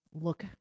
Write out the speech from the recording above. look